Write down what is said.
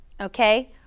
okay